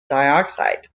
dioxide